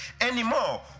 anymore